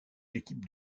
l’équipe